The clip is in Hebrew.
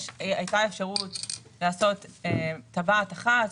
היה אפשר לעשות טבעת אחת,